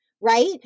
Right